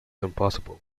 impossible